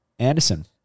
Anderson